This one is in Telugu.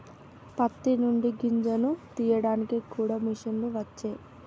పత్తి నుండి గింజను తీయడానికి కూడా మిషన్లు వచ్చే